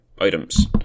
items